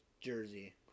jersey